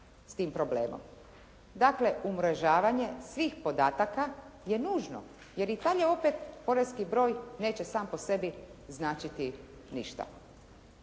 s tim problemom. Dakle umrežavanje svih podataka je nužno, jer i dalje opet poreski broj neće sam po sebi značiti ništa.